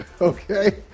okay